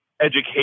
education